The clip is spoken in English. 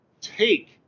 take